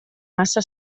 massa